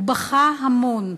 הוא בכה המון.